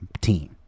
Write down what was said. team